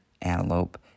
antelope